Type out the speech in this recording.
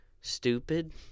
stupid